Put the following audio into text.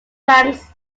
ranks